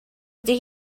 ydy